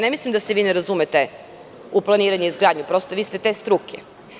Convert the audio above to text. Ne mislim da se vi ne razumete u planiranje i izgradnju, vi ste te struke.